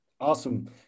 Awesome